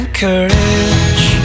courage